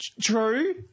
True